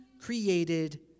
created